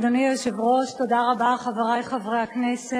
אדם להצביע רק בקלפי ששמו נכלל ברשימת הבוחרים שלה ורשימת